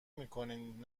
میکنین